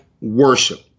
worship